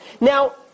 Now